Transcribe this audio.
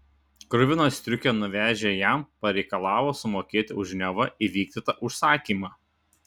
kruviną striukę nuvežę jam pareikalavo sumokėti už neva įvykdytą užsakymą